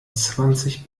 zwanzig